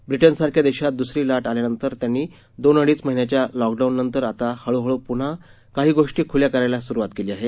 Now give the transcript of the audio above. ब्रिटनसारख्या देशात दुसरी लाट आल्यानंतर त्यांनी दोन अडीच महिन्याच्या लॉकडाऊन नंतर आता हळूहळू पुन्हा काही गोष्टी खुल्या करायला सुरुवात केली आहे